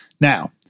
Now